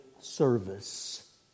service